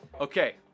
Okay